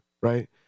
right